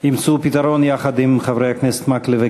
ימצאו פתרון יחד עם חברי הכנסת מקלב וגפני.